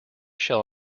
shall